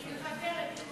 היא מוותרת.